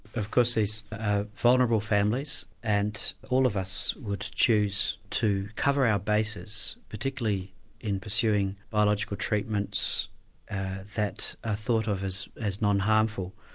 of course these vulnerable families and all of us would choose to cover our bases, particularly in pursuing biological treatments that are ah thought of as as non-harmful,